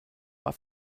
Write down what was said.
war